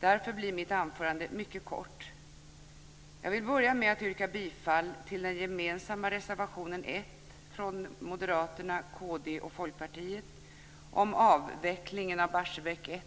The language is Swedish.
Därför blir mitt anförande mycket kort. Jag vill börja med att yrka bifall till den gemensamma reservationen 1, från Moderaterna, Kd och Folkpartiet om avvecklingen av Barsebäck 1.